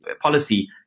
policy